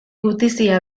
gutizia